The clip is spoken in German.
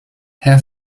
herr